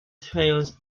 trails